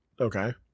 Okay